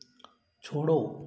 छोड़ो